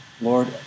Lord